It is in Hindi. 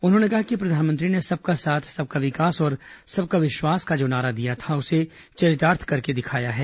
उन्होंने कहा कि प्रधानमंत्री ने सबका साथ सबका विकास और सबका विश्वास का जो नारा दिया था उसे चरितार्थ करके दिखाया है